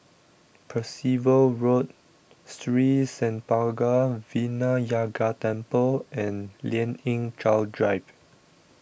Percival Road Sri Senpaga Vinayagar Temple and Lien Ying Chow Drive